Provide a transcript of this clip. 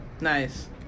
Nice